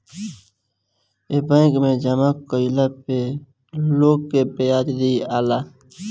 ए bank मे जामा कइला पे लोग के ब्याज दियाला